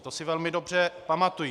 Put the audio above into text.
To si velmi dobře pamatuji.